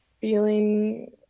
feeling